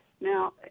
Now